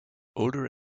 older